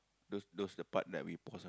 those those the part that we pause